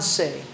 say